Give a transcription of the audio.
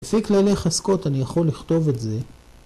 לפי כללי חזקות אני יכול לכתוב את זה